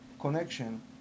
connection